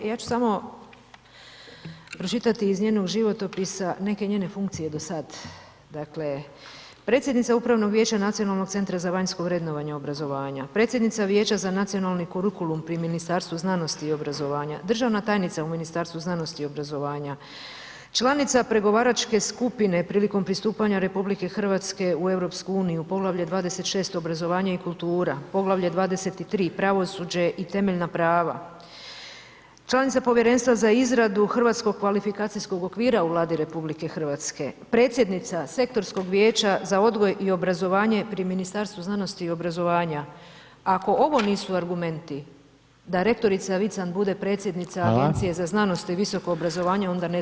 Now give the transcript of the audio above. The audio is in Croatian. Ja ću samo pročitati iz njenog životopisa neke njene funkcije do sad, dakle, predsjednica upravnog vijeća Nacionalnog centra za vanjsko vrednovanje obrazovanja, predsjednica vijeća za Nacionalni kurukulum pri Ministarstvu znanosti i obrazovanja, državna tajnica u Ministarstvu znanosti i obrazovanja, članica pregovaračke skupine prilikom pristupanja RH u EU, poglavlje 26 obrazovanje i kultura, poglavlje 23 pravosuđe i temeljna prava, članica Povjerenstva za izradu Hrvatskog kvalifikacijskog okvira u Vladi RH, predsjednica Sektorskog vijeća za odgoj i obrazovanje pri Ministarstvu znanosti i obrazovanja, ako ovo nisu argumenti da rektorica Vican bude predsjednica [[Upadica: Hvala]] Agencije za znanost i visoko obrazovanje, onda ne znam što su.